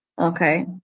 Okay